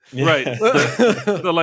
Right